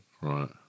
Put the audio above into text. right